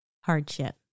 hardship